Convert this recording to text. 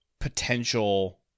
potential